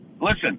Listen